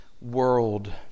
world